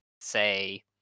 say